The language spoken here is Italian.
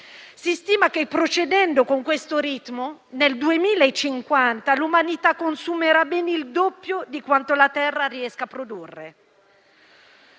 Si stima che, procedendo con questo ritmo, nel 2050 l'umanità consumerà ben il doppio di quanto la Terra riesca a produrre.